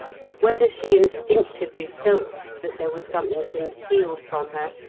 whether she instinctively felt that there was something concealed from her,